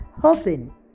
hoping